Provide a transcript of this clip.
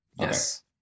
Yes